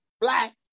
black